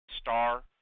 star